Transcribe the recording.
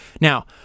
Now